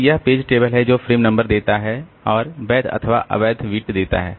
तो यह page table है जो फ्रेम नंबर देता है और वैध अथवा अवैध बिट देता है